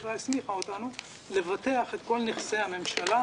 הממשלה הסמיכה אותנו לבטח את כל נכסי הממשלה,